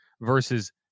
versus